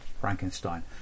Frankenstein